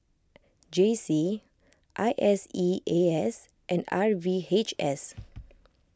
J C I S E A S and R V H S